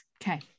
Okay